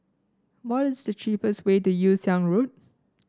what is the cheapest way to Yew Siang Road